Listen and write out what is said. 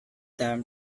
them